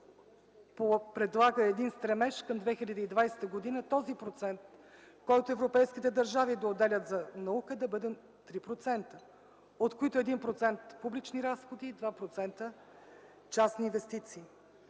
предлага един стремеж към 2020 г. този процент, който европейските държави да отделят за наука да бъде 3%, от които 1% публични разходи и 2% частни инвестиции.